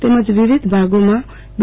તેમજ વિવિધ ભાગોમાં બી